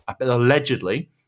allegedly